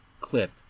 clip